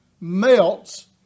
melts